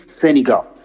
senegal